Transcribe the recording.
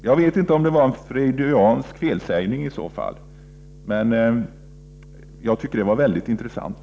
Jag vet inte om det var en freudiansk felsägning, men jag tyckte att det var mycket intressant.